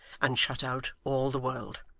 and shut out all the world.